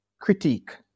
Critique